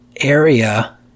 area